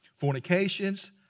fornications